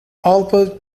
albert